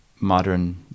modern